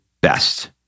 best